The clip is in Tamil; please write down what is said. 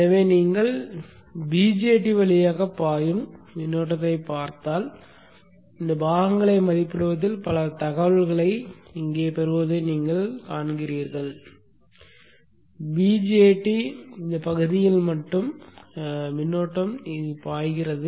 எனவே நீங்கள் BJT வழியாக பாயும் மின்னோட்டத்தைப் பார்த்தால் பாகங்களை மதிப்பிடுவதில் பல தகவல்களை இங்கே பெறுவதை நீங்கள் காண்கிறீர்கள் BJT இந்த பகுதியில் மட்டுமே மின்னோட்டம் பாய்கிறது